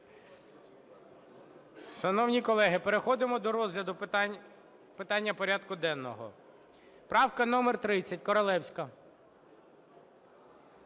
Шановні колеги, переходимо до розгляду питання порідку денного. Правка номер 30. Королевська.